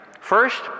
First